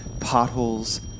potholes